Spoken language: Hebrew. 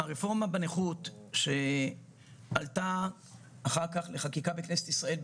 הרפורמה בנכות שעלתה אחר כך לחקיקה בכנסת ישראל,